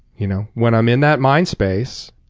you know when i'm in that mind space,